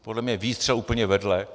Podle mě výstřel úplně vedle.